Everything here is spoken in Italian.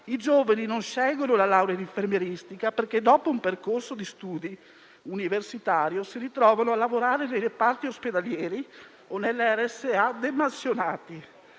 I giovani non seguono la laurea in infermieristica perché, dopo un percorso di studi universitari, si ritrovano a lavorare nei reparti ospedalieri o nelle RSA demansionati